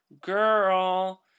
girl